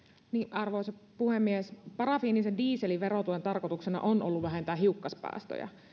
arvoisa puhemies parafiinisen dieselin verotuen tarkoituksena on ollut vähentää hiukkaspäästöjä